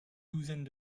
douzaines